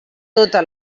tota